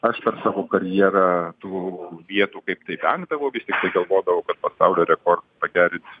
aš per savo karjerą tų vietų kaip tai vengdavau tiktai galvodavau kad pasaulio rekordus pagerins